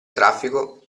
traffico